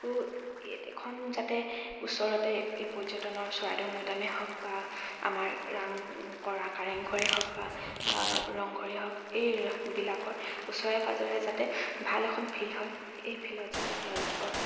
এখন যাতে ওচৰতে এই পৰ্যটনৰ চৰাইদেউ মৈদামেই হওক বা আমাৰ ৰাং কৰা কাৰেংঘৰে হওক বা ৰংঘৰে হওক এইবিলাকৰ ওচৰে পাঁজৰে যাতে ভাল এখন ফিল্ড হয় এই ফিল্ডত যাতে তেওঁলোকৰ